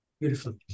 Beautiful